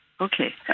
Okay